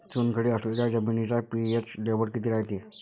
चुनखडी असलेल्या जमिनीचा पी.एच लेव्हल किती रायते?